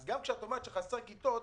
אז גם כשאת אומרת שחסרות כיתות,